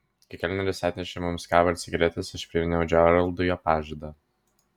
kai kelneris atnešė mums kavą ir cigaretes aš priminiau džeraldui jo pažadą